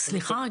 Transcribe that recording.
סליחה רגע,